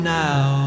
now